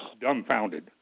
dumbfounded